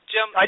Jim